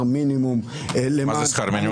מינימום למען --- מה זה שכר מינימום?